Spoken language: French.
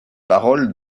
paroles